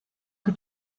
che